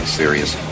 serious